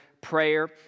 prayer